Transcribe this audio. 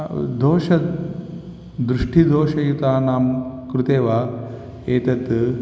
दोषदृष्टिदोषयुतानां कृते वा एतत्